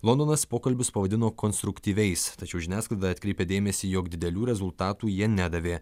londonas pokalbius pavadino konstruktyviais tačiau žiniasklaida atkreipė dėmesį jog didelių rezultatų jie nedavė